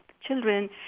children